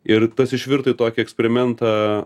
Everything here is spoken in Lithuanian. ir tas išvirto į tokį eksperimentą